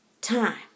time